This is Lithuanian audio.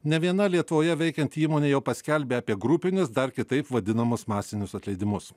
nė viena lietuvoje veikianti įmonė jau paskelbė apie grupinius dar kitaip vadinamus masinius atleidimus